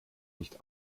nicht